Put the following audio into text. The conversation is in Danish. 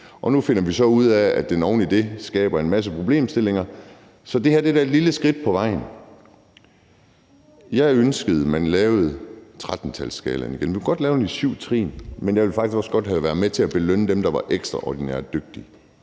nu finder vi så ud af, at den oven i det skaber en masse problemstillinger. Så det her er da et lille skridt på vejen. Jeg ville ønske, at man lavede 13-skalaen igen. Man kunne godt lave den i syv trin, men jeg ville bare også godt være med til at belønne dem, der var ekstraordinært dygtige.